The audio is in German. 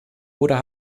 oder